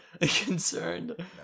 concerned